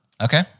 Okay